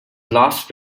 last